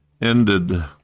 ended